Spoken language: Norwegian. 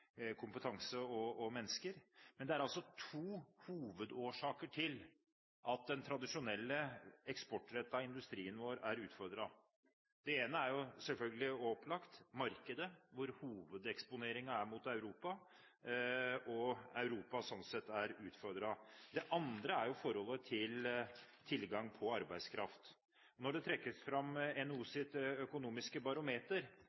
kompetanse og mennesker. Det er to hovedårsaker til at den tradisjonelle eksportrettede industrien vår er utfordret. Det ene er selvfølgelig og opplagt markedet, hvor hovedeksponeringen er mot Europa, og at Europa slik sett er utfordret. Det andre er forholdet til tilgang på arbeidskraft. Når en trekker fram NHOs økonomiske barometer, synes jeg at til tross for den situasjonen som er, er det